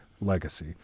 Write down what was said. Legacy